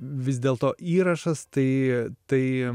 vis dėlto įrašas tai tai